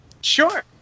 sure